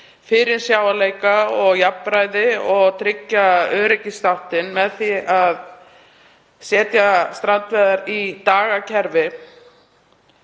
fyrirsjáanleika og jafnræði og tryggja öryggisþáttinn með því að setja þær í dagakerfi.